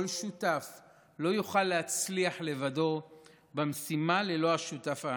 כל שותף לא יוכל להצליח לבדו במשימה ללא השותף האחר.